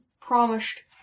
promised